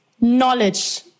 knowledge